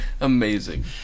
Amazing